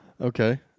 Okay